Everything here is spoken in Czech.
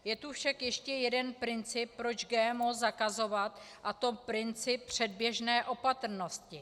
Je tu však ještě jeden princip, proč GMO zakazovat, a to princip předběžné opatrnosti.